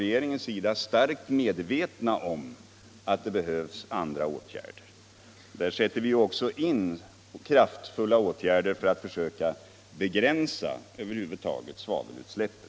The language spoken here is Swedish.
Regeringen är starkt medveten om att andra åtgärder behövs. Vi vidtar också kraftfulla åtgärder för att försöka begränsa svavelutsläppen.